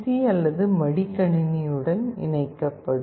C அல்லது மடிக்கணினியுடன் இணைக்கப்படும்